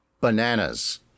bananas